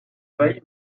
failli